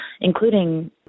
including